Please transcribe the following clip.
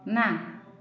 ନା